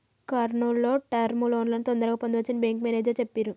కర్నూల్ లో టర్మ్ లోన్లను తొందరగా పొందవచ్చని బ్యేంకు మేనేజరు చెప్పిర్రు